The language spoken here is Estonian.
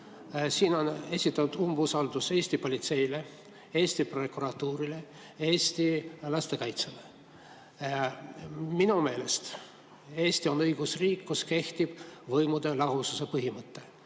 Siin on esitatud umbusaldus Eesti politseile, Eesti prokuratuurile, Eesti lastekaitsele. Minu meelest Eesti on õigusriik, kus kehtib võimude lahususe põhimõte.